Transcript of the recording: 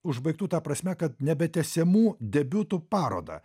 užbaigtų ta prasme kad nebetęsiamų debiutų parodą